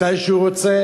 מתי שהוא רוצה,